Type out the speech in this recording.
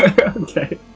Okay